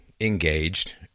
engaged